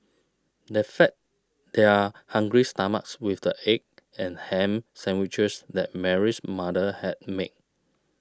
they fed they are hungry stomachs with the egg and ham sandwiches that Mary's mother had made